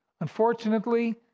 Unfortunately